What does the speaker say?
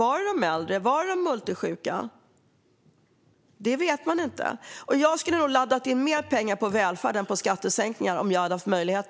Var det de äldre och multisjuka? Det vet vi inte. Jag skulle nog ha laddat in mer pengar på välfärd än på skattesänkningar, om jag hade haft möjlighet.